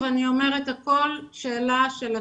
הכול שאלה של התעריף.